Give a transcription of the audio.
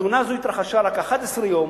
התאונה הזאת התרחשה רק 11 יום